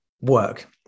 work